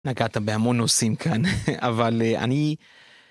נגעת בהמון נושאים כאן, אבל אני...